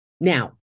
Now